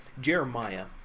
Jeremiah